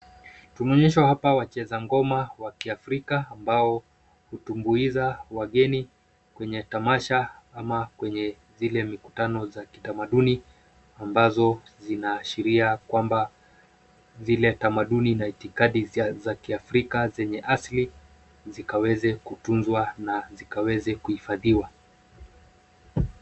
Tumeonyeshwa hapa wacheza ngoma wa kiafriaka ambao hutumbuiza wageni kwenye tamasha ama kwenye zile mikutano za kitamaduni ambazo zinaashiria kwamba zile tamaduni na itikadi za kiafrika zenye asili, zikaweze kutunzwa na zikaweze kuhifadhiwa.